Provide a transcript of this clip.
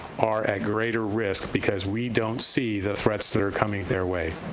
are at greater risk because we don't see the threats that are coming their way.